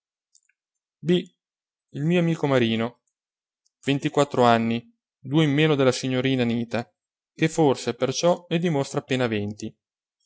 il mio amico marino ventiquattro anni due di meno della signorina anita che forse perciò ne dimostra appena venti